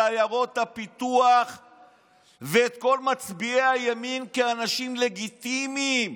עיירות הפיתוח ואת כל מצביעי הימין כאנשים לגיטימיים,